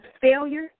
failure